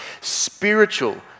spiritual